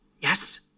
Yes